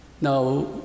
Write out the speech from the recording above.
Now